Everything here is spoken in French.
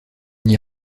n’y